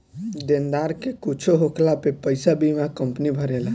देनदार के कुछु होखला पे पईसा बीमा कंपनी भरेला